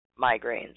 migraines